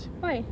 why